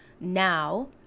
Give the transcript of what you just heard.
now